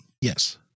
Yes